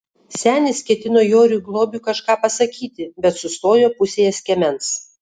senis ketino joriui globiui kažką pasakyti bet sustojo pusėje skiemens